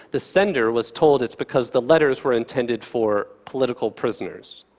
the sender was told it's because the letters were intended for political prisoners.